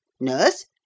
Nurse